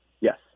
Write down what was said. Yes